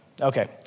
Okay